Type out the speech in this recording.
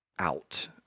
out